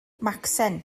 macsen